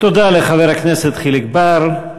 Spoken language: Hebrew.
תודה לחבר הכנסת חיליק בר.